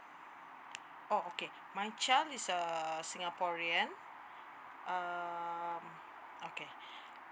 orh okay my child is a singaporean um okay